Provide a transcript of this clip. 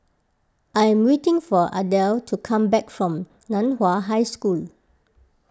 I am waiting for Adel to come back from Nan Hua High School